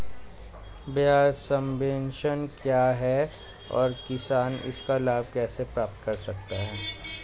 ब्याज सबवेंशन क्या है और किसान इसका लाभ कैसे प्राप्त कर सकता है?